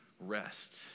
rest